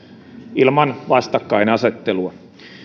ilman vastakkainasettelua